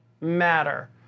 matter